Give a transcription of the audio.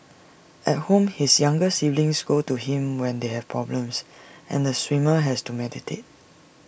at home his younger siblings go to him when they have problems and the swimmer has to mediate